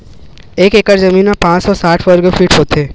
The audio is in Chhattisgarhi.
एक एकड़ जमीन मा पांच सौ साठ वर्ग फीट होथे